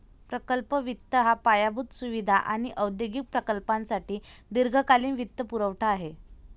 प्रकल्प वित्त हा पायाभूत सुविधा आणि औद्योगिक प्रकल्पांसाठी दीर्घकालीन वित्तपुरवठा आहे